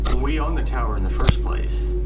we own the tower in the first place.